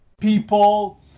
people